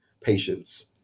patients